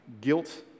guilt